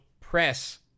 press